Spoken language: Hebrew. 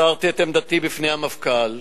מסרתי את עמדתי בפני המפכ"ל,